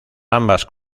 ambas